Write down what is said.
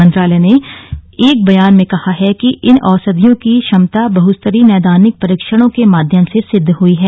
मंत्रालय ने एक बयान में कहा है कि इन औषधियों की क्षमता बहस्तरीय नैदानिक परीक्षणों के माध्यम से सिद्ध हई है